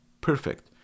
perfect